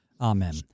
Amen